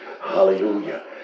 Hallelujah